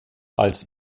als